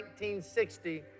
1960